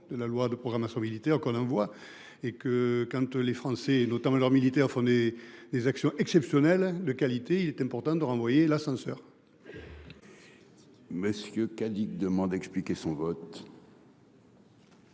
de la loi de programmation militaire qu'on envoie et que quand tu les Français et notamment leur militaires font des des actions exceptionnelles de qualité, il est important de renvoyer l'ascenseur. Messieurs Cadic demande a expliqué son vote.